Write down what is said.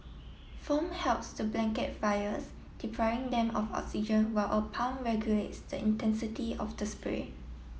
foam helps to blanket fires depriving them of oxygen while a pump regulates the intensity of the spray